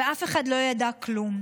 ואף אחד לא ידע כלום.